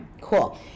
Cool